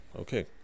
okay